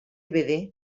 que